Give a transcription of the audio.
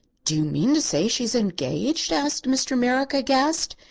do you mean to say she's engaged? asked mr. merrick, aghast.